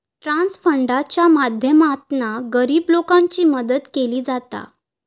trust फंडाच्या माध्यमातना गरीब लोकांची मदत केली जाता